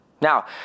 Now